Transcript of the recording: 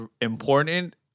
important